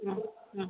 ആ ആ